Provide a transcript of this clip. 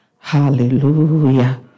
Hallelujah